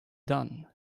done